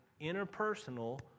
interpersonal